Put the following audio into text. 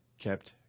kept